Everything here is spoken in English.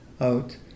out